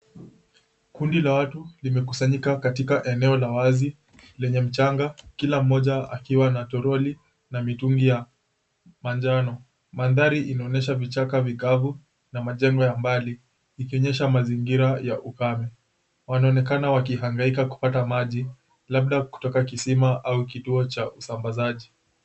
Kundi la watu limekusanyika katika eneo la wazi, lenye mchanga, kila mmoja akiwa na toroli na mitungi ya manjano. Mandhari inaonyesha vichaka vikavu na majengo ya mbali, ikionyesha mazingira ya ukame. Wanaonekana wakihangaika kupata maji, labda kutoka kisima au kituo cha usambazaji.